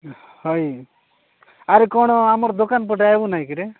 ହଁ ଆରେ କ'ଣ ଆମର ଦୋକାନ ପଟେ ଆସିବୁ ନାାଇଁ କିରେ